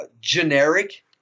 generic